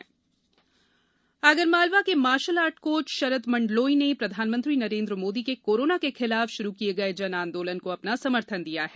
जन आंदोलन आगरमालवा के martial art coach Sharad Mandloi ने प्रधानमंत्री नरेंद्र मोदी के कोरोना के खिलाफ शुरू किए गए जन आंदोलन को अपना समर्थन दिया है